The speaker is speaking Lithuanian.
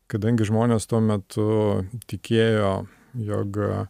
kadangi žmonės tuo metu tikėjo jog